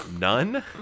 none